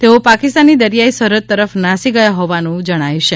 તેઓ પાકિસ્તાની દરિયાઇ સરહદ તરફ નાસી ગયા હોવાનું મનાય છે